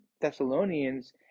Thessalonians